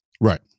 Right